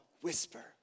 whisper